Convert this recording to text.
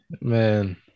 Man